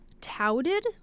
touted